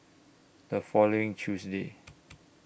The following Tuesday